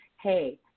hey